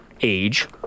age